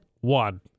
One